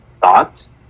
thoughts